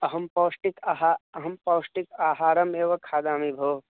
अहं पौष्टिकम् अहारः अहं पौष्टिकाहरम् एव खादमि भोः